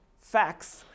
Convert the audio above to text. facts